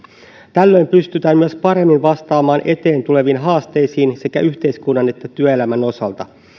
tällöin pystytään myös paremmin vastaamaan eteen tuleviin haasteisiin sekä yhteiskunnan että työelämän osalta